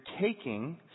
taking